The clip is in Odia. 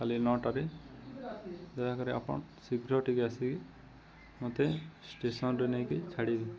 କାଲି ନଅଟାରେ ଦୟାକରି ଆପଣ ଶୀଘ୍ର ଟିକେ ଆସିକି ମୋତେ ଷ୍ଟେସନ୍ରେ ନେଇକି ଛାଡ଼ିବେ